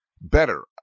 better